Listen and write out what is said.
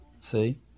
See